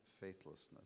faithlessness